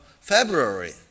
February